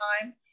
time